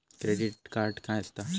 Credit card काय असता?